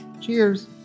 Cheers